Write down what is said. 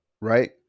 right